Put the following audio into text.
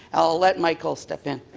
i'll let michael step in.